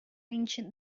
ancient